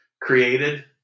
created